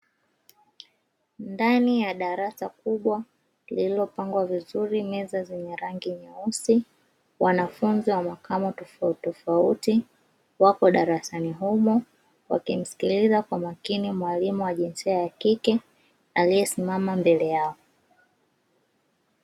Ndani ya darasa kubwa lililopangwa vizuri meza zenye rangi nyeusi wanafunzi wa makamo tofautitofauti wapo darasani humo wakimsikiliza makini mwalimu wa jinsia ya kike aliyesimama mbele yao.